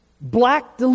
black